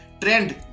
trend